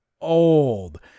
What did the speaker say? old